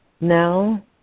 now